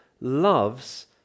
loves